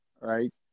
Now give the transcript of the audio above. Right